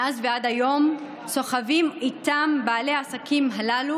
מאז ועד היום סוחבים איתם בעלי העסקים הללו